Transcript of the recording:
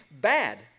bad